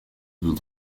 was